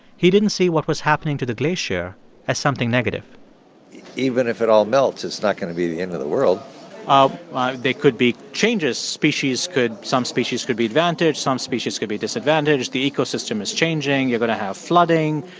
he didn't see what was happening to the glacier as something negative even if it all melts, it's not going to be the end of the world ah there could be changes. species could some species could be advantaged, some species could be disadvantaged. the ecosystem is changing, you're going to have flooding,